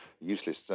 useless